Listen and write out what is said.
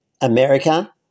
America